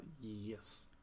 yes